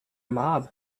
mob